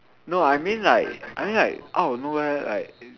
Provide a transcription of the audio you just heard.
no I mean like I mean like out of nowhere like